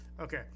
Okay